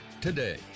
today